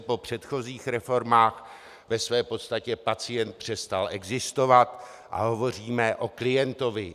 V ČR po předchozích reformách ve své podstatě pacient přestal existovat a hovoříme o klientovi.